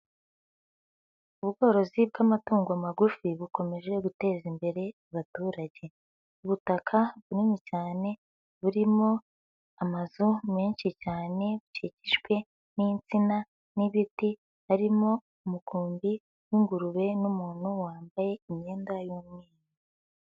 Ubworozi bw'amatungo magufi bukomeje guteza imbere abaturage. Ubutaka bunini cyane burimo amazu menshi cyane bukikijwe n'insina n'ibiti arimo umukumbi w'ingurube n'umuntu wambaye imyenda y'umweru.